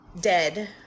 dead